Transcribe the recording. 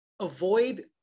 avoid